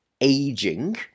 aging